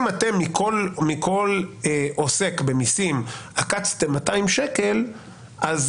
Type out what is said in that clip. אם מכל עוסק במיסים אתם עקצתם 200 ש"ח זה